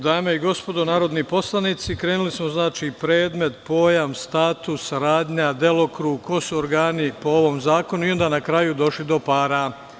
Dame i gospodo narodni poslanici, krenuli smo – predmet, pojam, status, saradnja, delokrug, ko su organi po ovom zakonu i onda na kraju došli do para.